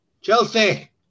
Chelsea